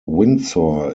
windsor